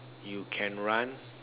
you can run